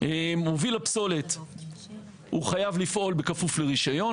מוביל הפסולת הוא חייב לפעול בכפוף לרישיון.